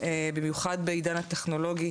בעיקר בעידן הטכנולוגי